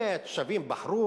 זה, התושבים בחרו.